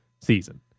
season